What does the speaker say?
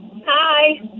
Hi